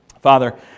Father